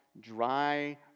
dry